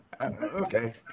Okay